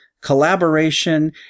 collaboration